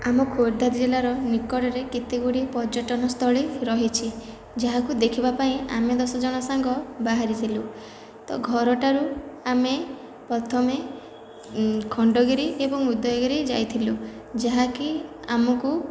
ଆମ ଖୋର୍ଦ୍ଧା ଜିଲ୍ଲାର ନିକଟରେ କେତେ ଗୁଡ଼ିଏ ପର୍ଯ୍ୟଟନ ସ୍ଥଳୀ ରହିଛି ଯାହାକୁ ଦେଖିବା ପାଇଁ ଆମେ ଦଶ ଜଣ ସାଙ୍ଗ ବାହାରିଥିଲୁ ତ ଘରଠାରୁ ଆମେ ପ୍ରଥମେ ଖଣ୍ଡଗିରି ଏବଂ ଉଦୟଗିରି ଯାଇଥିଲୁ ଯାହାକି ଆମକୁ